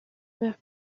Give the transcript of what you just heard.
meurt